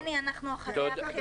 יבגני, אנחנו אחרי הבחירות.